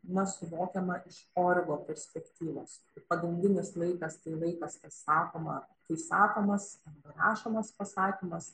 na suvokiama iš orgo perspektyvos pagrindinis laikas tai laikas kas sakoma kai sakomas rašomas pasakymas